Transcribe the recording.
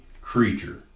creature